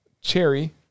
cherry